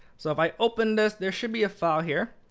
so if i open this, there should be a file here.